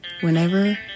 whenever